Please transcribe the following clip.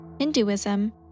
Hinduism